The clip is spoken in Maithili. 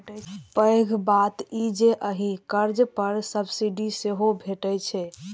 पैघ बात ई जे एहि कर्ज पर सब्सिडी सेहो भैटै छै